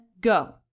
go